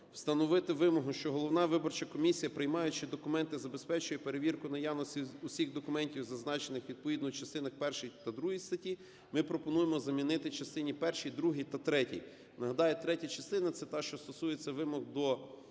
встановити вимогу, що головна виборча комісія, приймаючи документи, забезпечує перевірку наявності усіх документів, зазначених відповідно у частинах першій та другій статті, ми пропонуємо замінити: "частині першій, другій та третій". Нагадаю, третя частина – це та, що стосується вимог до